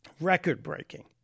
Record-breaking